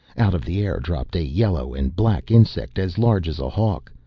out of the air dropped a yellow and black insect, as large as a hawk.